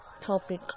topic